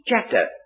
chapter